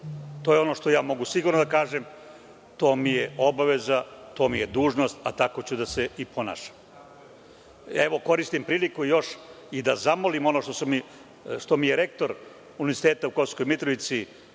To je ono što ja mogu sigurno da kažem, to mi je obaveza, to mi je dužnost, a tako ću i da se ponašam. Koristim priliku još i da zamolim ono što me je rektor Univerziteta u Kosovskoj Mitrovici